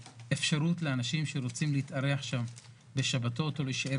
לאנשים שרוצים להתארח שם בשבתות או להישאר